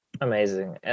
amazing